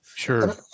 sure